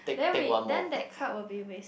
then we then that card will be waste